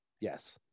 Yes